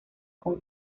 con